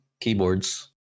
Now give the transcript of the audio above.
keyboards